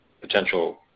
potential